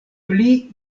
pli